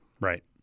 Right